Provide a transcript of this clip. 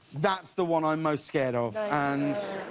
that's the one i'm most scared of. and